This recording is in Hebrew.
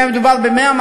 אם היה מדובר ב-100,